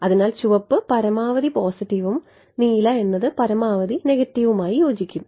അതിനാൽ ചുവപ്പ് പരമാവധി പോസിറ്റീവും നീല എന്നത് പരമാവധി നെഗറ്റീവുമായി യോജിക്കും